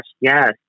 Yes